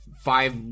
five